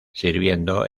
sirviendo